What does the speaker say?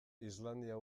islandia